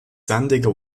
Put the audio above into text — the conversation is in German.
sandige